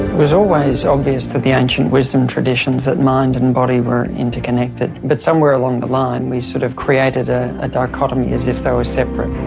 was always obvious in the ancient wisdom traditions that mind and body were interconnected, but somewhere along the line we sort of created ah a dichotomy as if they were separate.